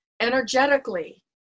energetically